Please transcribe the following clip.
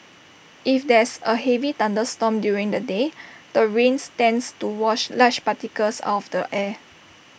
if there's A heavy thunderstorm during the day the rains tends to wash large particles out of the air